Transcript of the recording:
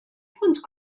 punt